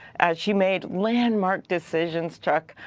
she made landmark decision, chuck,